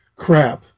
crap